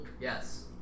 Yes